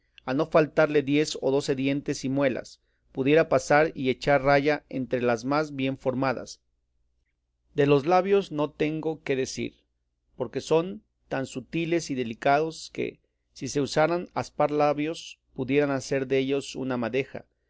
a no faltarle diez o doce dientes y muelas pudiera pasar y echar raya entre las más bien formadas de los labios no tengo qué decir porque son tan sutiles y delicados que si se usaran aspar labios pudieran hacer dellos una madeja